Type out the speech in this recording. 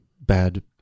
bad